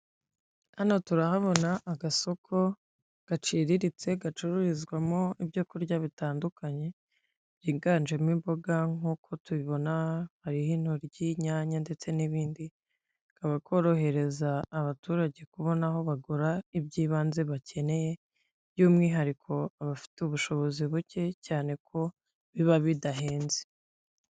Hano turahabona agasoko gaciriritse gacururizwamo ibyo kurya bitandukanye higanjemo imboga nkuko tubibona hariho intoryi, inyanya ndetse n'ibindi, kakaba korohereza abaturage kubona aho bagura ibyibanze bakeneye by'umwihariko abafite ubushobozi buke cyane ko biba bidahenze.